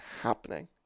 happening